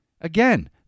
Again